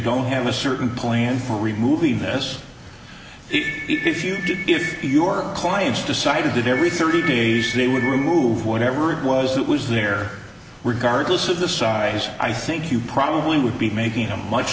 don't have a certain plan for removing this if you if your clients decided that every thirty days they would remove whatever it was that was there were guarding us of the size i think you probably would be making a much